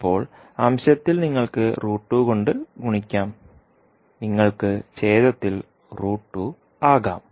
ഇപ്പോൾ അംശത്തിൽ നിങ്ങൾക്ക് √2 കൊണ്ട് ഗുണിക്കാംനിങ്ങൾക്ക് ഛേദത്തിൽ √2 ആകാം